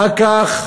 אחר כך